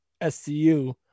scu